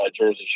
Jersey